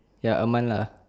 ya a month lah